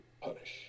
punish